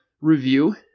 review